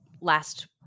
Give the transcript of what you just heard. last